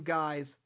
guys